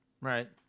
Right